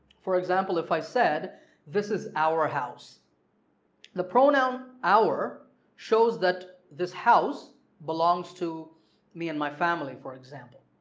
for example if i said this is our house the pronoun our shows that this house belongs to me and my family for example.